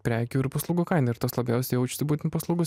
prekių ir paslaugų kainą ir tos labiausiai jaučiasi būtent paslaugų